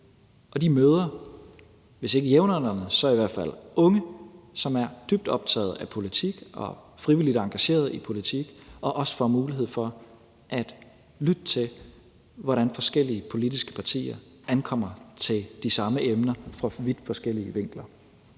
og de møder, hvis ikke jævnaldrende så i hvert fald unge, som er dybt optagede af politik og er frivilligt engagerede i politik, og de får også mulighed for at lytte til, hvordan forskellige politiske partier ankommer til de samme emner fra vidt forskellige vinkler.